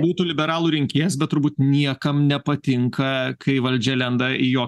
būtų liberalų rinkėjas bet turbūt niekam nepatinka kai valdžia lenda į jo